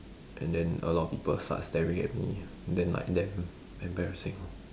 and then a lot of people start staring at me then like damn embarrassing